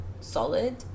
solid